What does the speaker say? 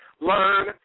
Learn